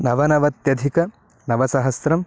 नवनवत्यधिकनवसहस्रं